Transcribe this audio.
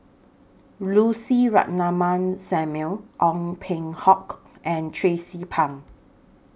Lucy Ratnammah Samuel Ong Peng Hock and Tracie Pang